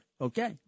Okay